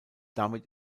damit